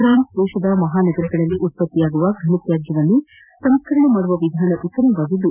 France ದೇಶದ ಮಹಾನಗರಗಳಲ್ಲಿ ಉತ್ಪತ್ತಿಯಾಗುವ ಫನತ್ಯಾಜ್ಯಗಳನ್ನು ಸಂಸ್ಕರಣೆ ಮಾಡುವ ವಿಧಾನ ಉತ್ತಮವಾಗಿದ್ದು